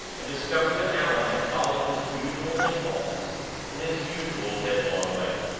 and discovered that allan had followed his usual impulses in his usual headlong way.